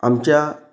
आमच्या